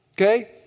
Okay